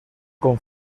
con